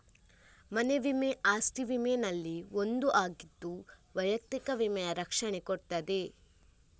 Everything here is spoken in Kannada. ಮನೆ ವಿಮೆ ಅಸ್ತಿ ವಿಮೆನಲ್ಲಿ ಒಂದು ಆಗಿದ್ದು ವೈಯಕ್ತಿಕ ವಿಮೆಯ ರಕ್ಷಣೆ ಕೊಡ್ತದೆ